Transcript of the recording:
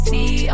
See